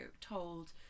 told